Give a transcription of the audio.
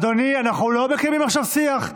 אדוני, אנחנו לא מקיימים עכשיו שיח.